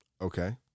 Okay